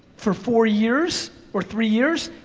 for four years or three years,